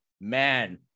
man